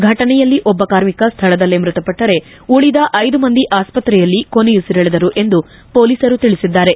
ಫಟನೆಯಲ್ಲಿ ಒಬ್ಬ ಕಾರ್ಮಿಕ ಸ್ಥಳದಲ್ಲೇ ಮೃತಪಟ್ಟರೆ ಉಳದ ಐದು ಮಂದಿ ಆಸ್ಪತ್ರೆಯಲ್ಲಿ ಕೊನೆಯುಸಿರೆಳೆದರು ಎಂದು ಪೊಲೀಸರು ತಿಳಿಸಿದ್ದಾರೆ